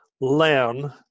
learn